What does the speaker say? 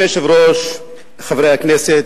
אדוני היושב-ראש, חברי הכנסת,